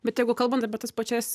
bet jeigu kalbant apie tas pačias